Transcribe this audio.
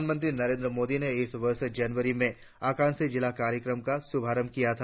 प्रधानमंत्री नरेंद्र मोदी ने इस वर्ष जनवरी में आकांक्षी जिला कार्यक्रम का शुभारंभ किया था